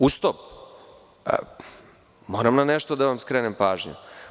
Uz to, moram na nešto da vam skrenem pažnju.